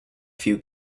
few